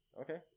Okay